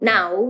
Now